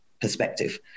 perspective